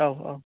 औ औ